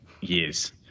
years